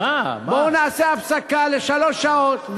בואו נעשה הפסקה לשלוש שעות,